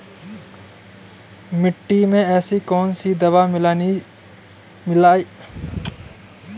मिट्टी में ऐसी कौन सी दवा मिलाई जानी चाहिए जिससे फसल अच्छी हो?